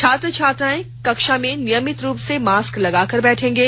छात्र छात्राएं कक्षा में नियमित रूप से मास्क लगाकर बैठेंगे